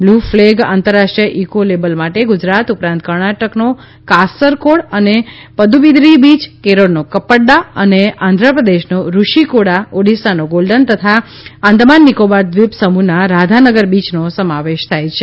blue flag આંતરરાષ્ટ્રીય eco label માટે ગુજરાત ઉપરાંત કર્ણાટકનો કાસર કોડ અને પદુબિદરી બીય કેરળનો કપ્પાડ આંધ્ર પ્રદેશનો રુશીકોડા ઓડિશાનો ગોલ્ડન તથા આંદામાન નિકોબાર દ્વિપ સમુહના રાધાનગર બીચનો સમાવેશ થાય છે